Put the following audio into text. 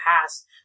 past